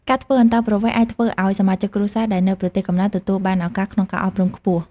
ការធ្វើអន្តោប្រវេស៍អាចធ្វើឱ្យសមាជិកគ្រួសារដែលនៅប្រទេសកំណើតទទួលបានឱកាសក្នុងការអប់រំខ្ពស់។